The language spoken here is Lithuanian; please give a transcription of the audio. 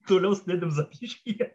toliau sėdim zapyškyje